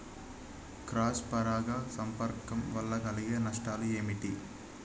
Cross పరాగ సంపర్కం వల్ల కలిగే నష్టాలు ఏమిటి?